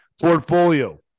portfolio